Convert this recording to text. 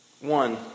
One